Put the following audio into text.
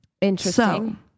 Interesting